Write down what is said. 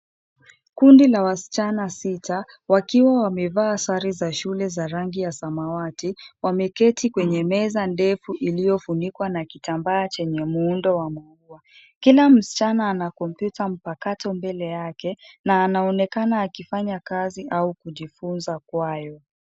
Kundi la wasichana sita, wakiwa wamevaa sare za shule za rangi ya samawati. Wameketi kwenye meza ndefu iliyofunikwa na kitambaa chenye muundo wa maua. Kila msichana ana kompyuta mpakato mbele yake, na anaonekana akifanya kazi au kujifunza kwayo.